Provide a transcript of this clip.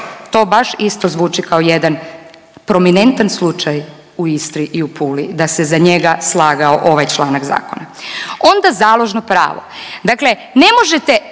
To baš isto zvuči kao jedan prominentan slučaj u Istri i u Puli, da se za njega slagao ovaj članak zakona. Onda, založno pravo. Dakle, ne možete